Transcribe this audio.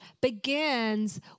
begins